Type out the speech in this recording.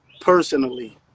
personally